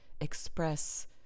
express